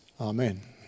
Amen